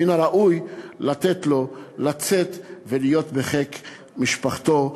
מן הראוי לתת לו לצאת ולהיות בחיק משפחתו.